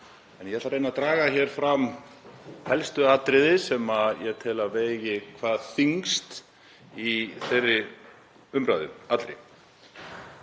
Ég ætla að reyna að draga fram helstu atriði sem ég tel að vegi hvað þyngst í þeirri umræðu allri.